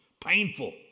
painful